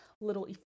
little